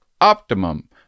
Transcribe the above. optimum